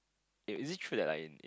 is is it true that like in